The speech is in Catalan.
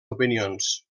opinions